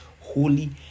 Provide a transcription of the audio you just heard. holy